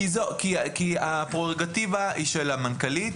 כי הפררוגטיבה היא של המנכ"לית,